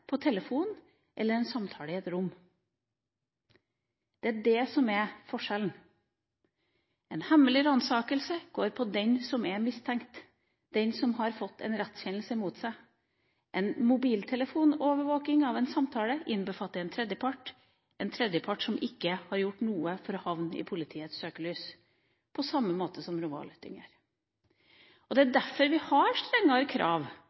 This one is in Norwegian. på telefon eller en samtale i et rom. Det er det som er forskjellen. En hemmelig ransakelse går på den som er mistenkt, den som har fått en rettskjennelse mot seg. En mobiltelefonovervåking av en samtale innbefatter en tredjepart, en tredjepart som ikke har gjort noe for å havne i politiets søkelys, på samme måte som ved romavlyttinger. Det er derfor vi har strengere krav.